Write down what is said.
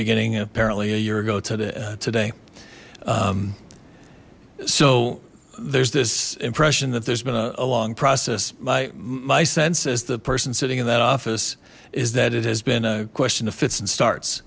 beginning apparently a year ago today today so there's this impression that there's been a long process my my sense is the person sitting in that office is that it has been a question of fits and starts